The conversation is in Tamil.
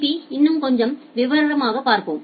பிஐ இன்னும் கொஞ்சம் விவரமாக பார்ப்போம்